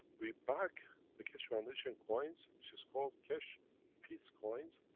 we back the keshe foundation coins, which is called, keshe peace coins,